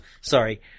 sorry